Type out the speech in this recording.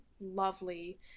lovely